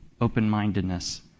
open-mindedness